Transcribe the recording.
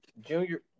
junior